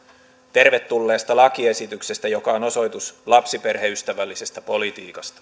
tervetulleesta lakiesityksestä joka on osoitus lapsiperheystävällisestä politiikasta